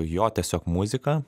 jo tiesiog muziką